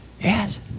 Yes